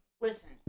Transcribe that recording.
listen